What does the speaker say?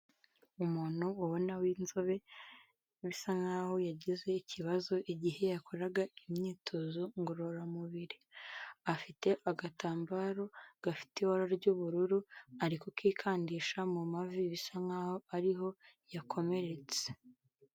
Umuntu wabona w'inzobe bisa nkaho yagize ikibazo igihe yakoraga imyitozo ngororamubiri, afite agatambaro gafite ibara ry'ubururu, ari kukikandisha mu mavi bisa nkaho ariho yakomeretse.